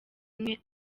umwe